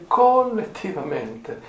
collettivamente